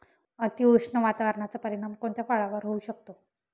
अतिउष्ण वातावरणाचा परिणाम कोणत्या फळावर होऊ शकतो?